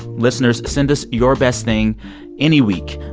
listeners, send us your best thing any week.